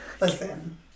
Listen